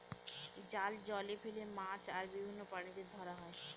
জাল জলে ফেলে মাছ আর বিভিন্ন প্রাণীদের ধরা হয়